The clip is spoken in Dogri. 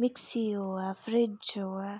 मिक्सी होऐ फ्रिज होऐ